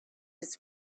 its